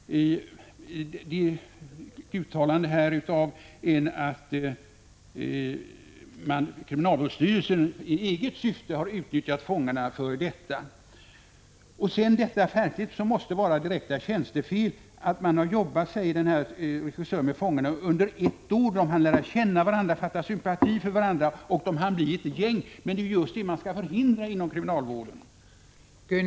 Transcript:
En har uttalat att kriminalvårdsstyrelsen i eget syfte har utnyttjat fångarna. Det måste ha varit direkt tjänstefel att handla så som regissören säger att man gjort. Han har jobbat och turnerat tillsammans med fångarna under ett helt år. De ”hann lära känna varandra, fatta sympati för varandra — de hann bli ett gäng”. Det är ju just det man skall förhindra inom kriminalvården!